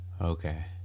Okay